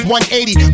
180